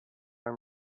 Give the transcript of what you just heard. some